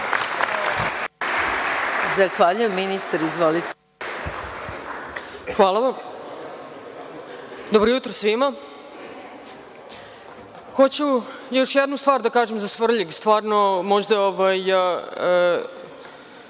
Hvala vam. Dobro jutro svima. Hoću još jednu stvar da kažem za Svrljig. Ako me